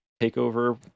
takeover